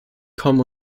kommen